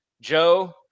Joe